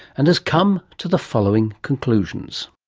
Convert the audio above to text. and has come to the following conclusions.